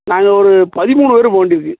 நாங்கள் ஒரு பதிமூணு பேர் போக வேண்டியிருக்குது